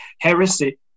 heresy